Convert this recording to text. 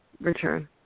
return